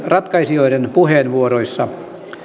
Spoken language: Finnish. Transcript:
ratkaisijoiden puheenvuoroissa